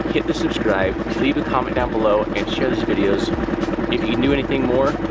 hit the subscribe, leave a comment down below and share these videos. if you can do anything more,